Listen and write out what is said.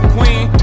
Queen